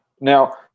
Now